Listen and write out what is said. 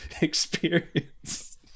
experience